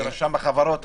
איך ישלח לרשם החברות?